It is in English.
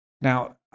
Now